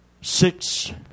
Six